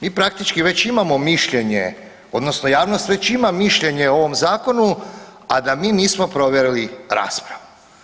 Mi praktički imamo mišljenje, odnosno javnost već ima mišljenje o ovom zakonu, a da mi nismo proveli raspravu.